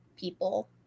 People